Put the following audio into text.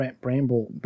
Bramble